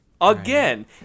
Again